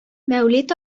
мәүлид